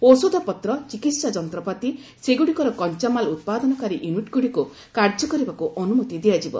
ଔଷଧପତ୍ର ଚିକିତ୍ସା ଯନ୍ତ୍ରପାତି ସେଗୁଡ଼ିକର କଞ୍ଚାମାଲ୍ ଉତ୍ପାଦନକାରୀ ୟୁନିଟ୍ଗୁଡ଼ିକୁ କାର୍ଯ୍ୟ କରିବାକୁ ଅନୁମତି ଦିଆଯିବ